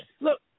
look